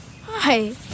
Hi